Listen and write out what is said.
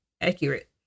accurate